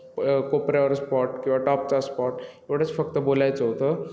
कोपऱ्यावर स्पॉट किंवा टॉपचा स्पॉट एवढंच फक्त बोलायचं होतं